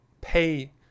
pay